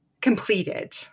completed